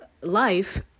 life